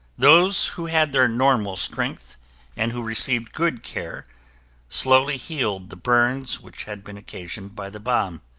those who had their normal strength and who received good care slowly healed the burns which had been occasioned by the bomb.